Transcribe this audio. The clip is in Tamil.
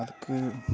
அதுக்கு